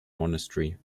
monastery